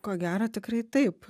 ko gero tikrai taip